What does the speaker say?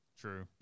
True